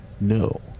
no